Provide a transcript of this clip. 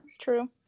True